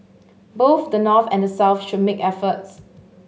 both the North and the South should make efforts